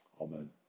Amen